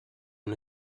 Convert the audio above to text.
una